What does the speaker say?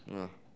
ah